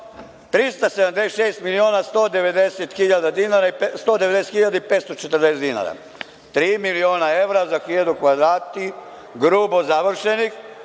376.190.540 dinara - tri miliona evra za 1.000 kvadrata grubo završenih